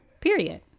period